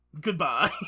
Goodbye